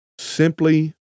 simply